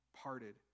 parted